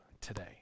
today